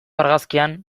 argazkian